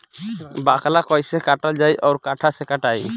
बाकला कईसे काटल जाई औरो कट्ठा से कटाई?